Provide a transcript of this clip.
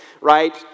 right